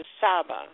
Saba